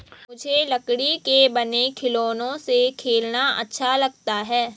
मुझे लकड़ी के बने खिलौनों से खेलना अच्छा लगता है